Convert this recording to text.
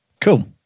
Cool